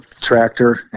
tractor